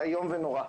המצוקה איומה ונוראה.